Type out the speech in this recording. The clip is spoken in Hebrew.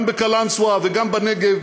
גם בקלנסואה וגם בנגב,